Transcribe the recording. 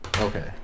Okay